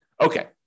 Okay